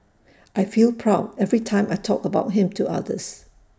I feel proud every time I talk about him to others